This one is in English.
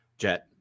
Jet